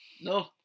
No